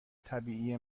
طبیعی